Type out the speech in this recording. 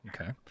Okay